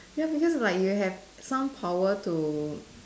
ya because like you have some power to